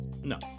No